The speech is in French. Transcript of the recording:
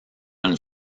une